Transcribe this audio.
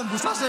בושה.